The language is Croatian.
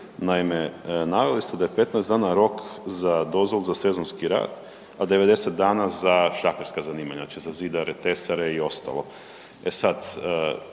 Naime, naveli ste da je 15 dana rok za dozvolu za sezonski rad, a 90 dana za šljakerska zanimanja, znači za zidare, tesare i ostalo.